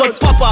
Papa